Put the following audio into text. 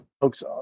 folks